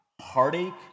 heartache